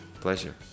pleasure